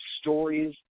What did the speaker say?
stories